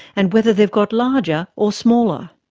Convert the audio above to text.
and whether they've got larger or smaller.